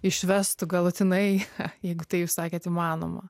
išvestų galutinai cha juk tai jūs sakėt įmanoma